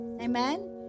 amen